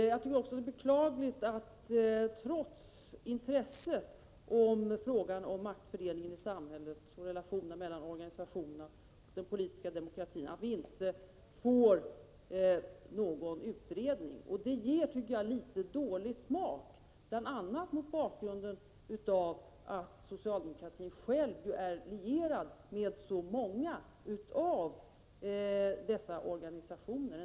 Sedan tycker jag att det är beklagligt att vi inte får någon utredning, trots det stora intresset för frågan, om maktfördelningen i samhället och relationen mellan organisationerna och den politiska demokratin. Det ger, tycker jag, litet dålig smak, bl.a. mot bakgrund av att socialdemokratin själv ju är lierad med så många organisationer.